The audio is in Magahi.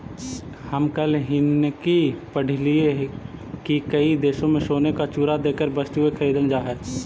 हम कल हिन्कि पढ़लियई की कई देशों में सोने का चूरा देकर वस्तुएं खरीदल जा हई